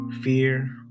fear